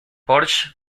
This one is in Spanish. porsche